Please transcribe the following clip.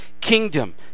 kingdom